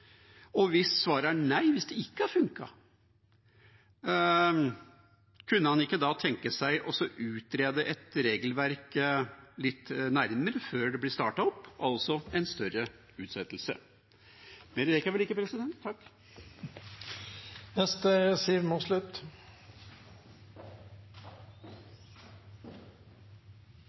Og hvis svaret er nei, hvis det ikke har funket, kunne han ikke da tenke seg å utrede et regelverk litt nærmere før det blir startet opp, altså en lengre utsettelse? Mer rekker jeg vel ikke, president.